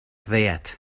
ddiet